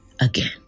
again